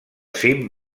cim